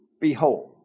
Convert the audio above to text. behold